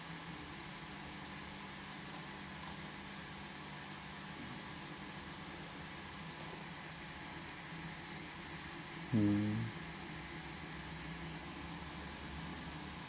um